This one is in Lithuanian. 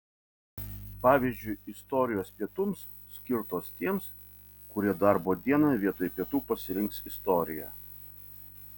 pavyzdžiui istorijos pietums skirtos tiems kurie darbo dieną vietoj pietų pasirinks istoriją